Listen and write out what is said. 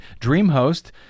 DreamHost